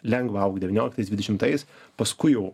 lengva augti devynioliktais dvidešimtais paskui jau